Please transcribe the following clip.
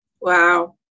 Wow